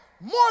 more